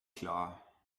klar